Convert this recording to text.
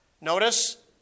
Notice